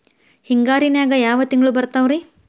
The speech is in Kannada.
ಹಿಂಗಾರಿನ್ಯಾಗ ಯಾವ ತಿಂಗ್ಳು ಬರ್ತಾವ ರಿ?